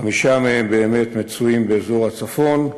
חמישה מהם באמת באזור הצפון,